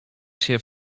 się